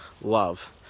love